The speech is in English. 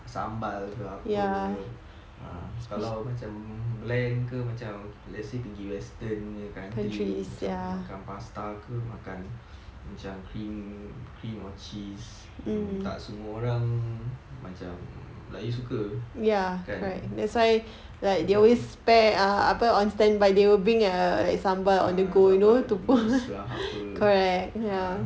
sambal ke apa ke err kalau macam bland ke macam let's say pergi western punya country macam makan pasta ke makan macam cream cream or cheese mm tak semua orang macam melayu suka kan macam ah sambal tumis lah ah apa